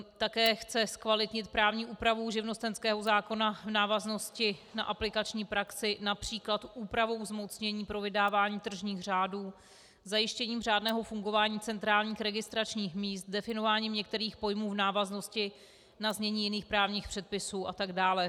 Také chce zkvalitnit právní úpravu živnostenského zákona v návaznosti na aplikační praxi např. úpravou zmocnění pro vydávání tržních řádů, zajištěním řádného fungování centrálních registračních míst, definováním některých pojmů v návaznosti na znění jiných právních předpisů atd.